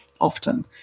often